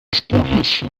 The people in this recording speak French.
spoliation